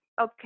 okay